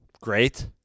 Great